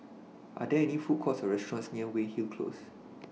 Are There any Food Courts Or restaurants near Weyhill Close